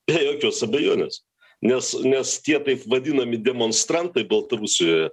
be jokios abejonės nes nes tie taip vadinami demonstrantai baltarusijoje